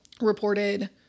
reported